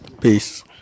Peace